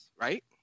right